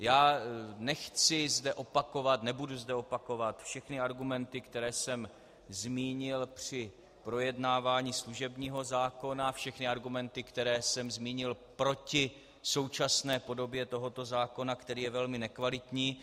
Já nechci a nebudu zde opakovat všechny argumenty, které jsem zmínil při projednávání služebního zákona, všechny argumenty, které jsem zmínil proti současné podobě tohoto zákona, který je velmi nekvalitní.